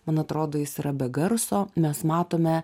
man atrodo jis yra be garso mes matome